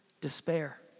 despair